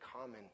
common